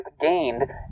gained